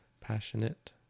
passionate